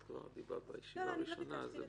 את כבר דיברת בישיבה הראשונה --- לא ביקשתי לדבר,